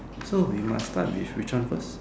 so we must start with which one first